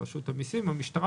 רשות המיסים והמשטרה,